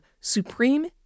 Supreme